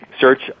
search